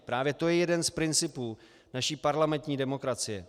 Právě to je jeden z principů naší parlamentní demokracie.